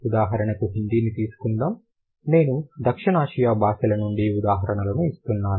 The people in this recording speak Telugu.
ఉదాహరణకు హిందీని తీసుకుందాం నేను దక్షిణాసియా భాషల నుండి ఉదాహరణలు ఇస్తున్నాను